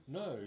no